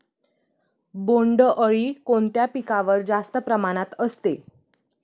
बोंडअळी कोणत्या पिकावर जास्त प्रमाणात असते?